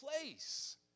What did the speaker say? place